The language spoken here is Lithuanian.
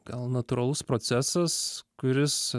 gal natūralus procesas kuris